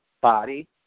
body